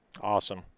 Awesome